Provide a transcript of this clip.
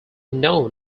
known